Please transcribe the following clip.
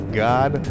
god